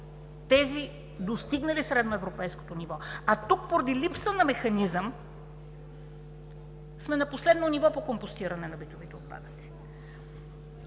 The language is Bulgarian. тези, достигнали средноевропейското ниво, а тук, поради липса на механизъм, сме на последно ниво по компостиране на битовите отпадъци.